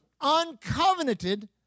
uncovenanted